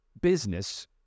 business